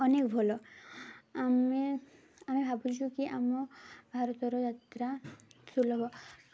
ଅନେକ ଭଲ ଆମେ ଆମେ ଭାବୁଛୁ କି ଆମ ଭାରତର ଯାତ୍ରା ସୁଲଭ